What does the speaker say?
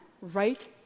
right